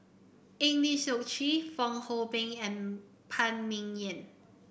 Eng Lee Seok Chee Fong Hoe Beng and Phan Ming Yen